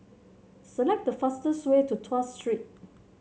select the fastest way to Tuas Street